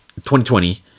2020